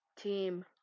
team